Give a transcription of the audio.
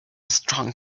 strong